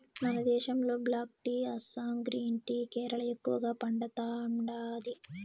మన దేశంలో black tea Assam green tea Kerala ఎక్కువగా పండతాండాది